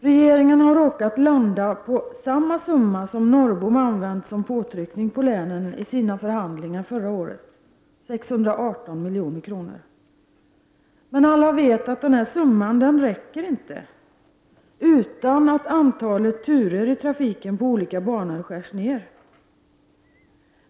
Regeringen har råkat landa på samma summa som Norrbom använt som påtryckning på länen i sina förhandlingar förra året — 618 milj.kr. Men alla vet att den summan inte räcker om inte antalet turer i trafiken på olika banor skärs ned.